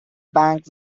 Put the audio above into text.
bank